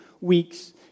weeks